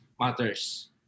matters